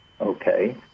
okay